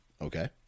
Okay